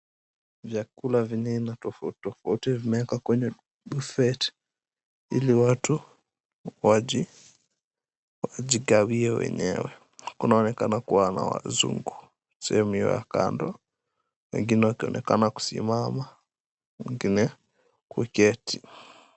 Vyakula vya aina tofauti tofauti vimewekwa kwenye buffet ili watu waje, wajigawie wenyewe. Kunaonekana kuwa na wazungu sehemu hiyo ya kando. Wengine wakionekana kusimama, wengine kuketi.